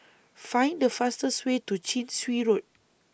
Find The fastest Way to Chin Swee Road